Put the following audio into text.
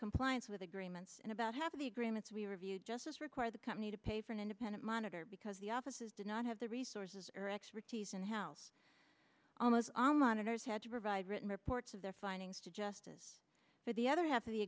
compliance with agreements and about half of the agreements we reviewed justice require the company to pay for an independent monitor because the offices did not have the resources or expertise in house almost all monitors had provide written reports of their findings to justice for the other half of the